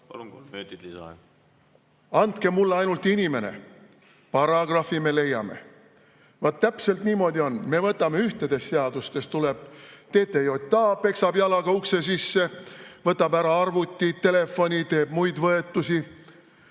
"Andke mulle ainult inimene, paragrahvi me leiame." Vaat täpselt niimoodi on. Me võtame ühtedest seadustest, tuleb TTJA, peksab jalaga ukse sisse, võtab ära arvuti, telefoni, teeb muid võetusi.